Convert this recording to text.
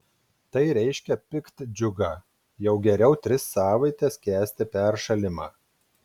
tai reiškia piktdžiugą jau geriau tris savaites kęsti peršalimą